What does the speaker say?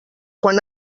quan